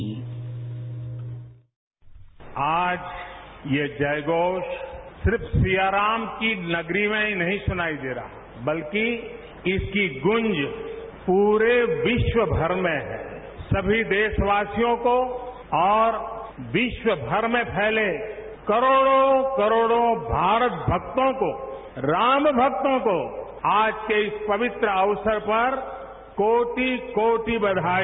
sound bite आज ये जय घोष सिर्फ सिया राम की नगरी में ही नहीं सुनाई दे रहा बल्कि इसकी गूंज पूरे विश्वमर में सभी देशवासियों को और विश्व भर में फैले कोरोड़ो करोड़ो भारत भक्तों को राम भक्तों को आज के इस पवित्र अवसर पर कोटि कोटि बधाई